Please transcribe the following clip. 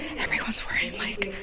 everyone's wearing, like,